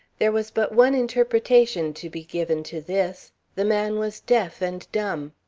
there was but one interpretation to be given to this. the man was deaf and dumb.